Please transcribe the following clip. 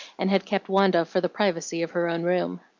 and had kept wanda for the privacy of her own room.